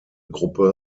gruppe